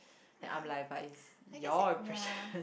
that I'm like but it's your impression